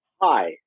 hi